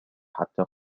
حتى